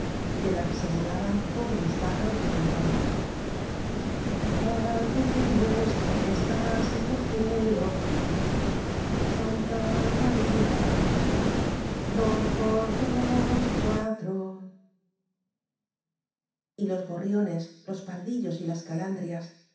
de la que se burlaban todos los pájaros del contorno pa dre nuestro que estás en los cielos santa maría dos por dos cuuuatro y los gorriones los pardillos y las calan